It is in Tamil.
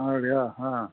அப்படியா ஆ